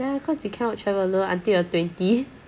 yeah cause you cannot travel alone until you are twenty